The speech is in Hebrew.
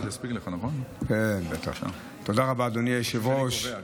אדוני היושב-ראש,